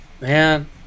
man